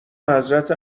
حضرت